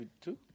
Two